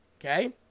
Okay